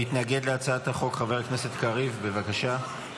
מתנגד להצעת החוק חבר הכנסת קריב, בבקשה.